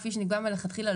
כפי שנקבע מלכתחילה,